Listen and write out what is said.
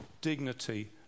dignity